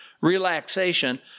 relaxation